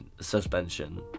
suspension